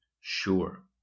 sure